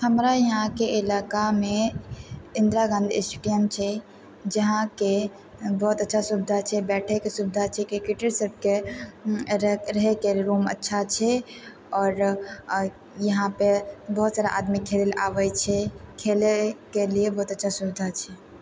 हमरा यहाँके इलाकामे इन्दिरा गाँधी स्टेडियम छै जहाँके बहुत अच्छा सुविधा छै बैठैके सुविधा छै क्रिकेटर सबके रहैके रूम अच्छा छै आओर यहाँपर बहुत सारा आदमी खेलै लऽ आबै छै खेलैके लिए बहुत अच्छा सुविधा छै